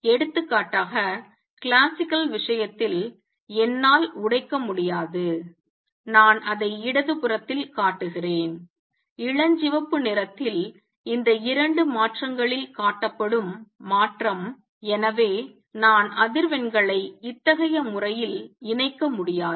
எடுத்துக்காட்டாக கிளாசிக்கல் விஷயத்தில் என்னால் உடைக்க முடியாது நான் அதை இடது புறத்தில் காட்டுகிறேன் இளஞ்சிவப்பு நிறத்தில் இந்த இரண்டு மாற்றங்களில் காட்டப்படும் மாற்றம் எனவே நான் அதிர்வெண்களை இத்தகைய முறையில் இணைக்க முடியாது